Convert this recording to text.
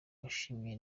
washimye